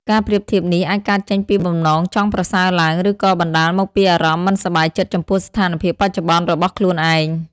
ការប្រៀបធៀបនេះអាចកើតចេញពីបំណងចង់ប្រសើរឡើង ឬក៏បណ្តាលមកពីអារម្មណ៍មិនសប្បាយចិត្តចំពោះស្ថានភាពបច្ចុប្បន្នរបស់ខ្លួនឯង។